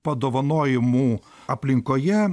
padovanojimų aplinkoje